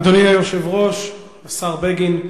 אדוני היושב-ראש, השר בגין,